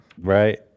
Right